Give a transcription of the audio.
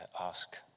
ask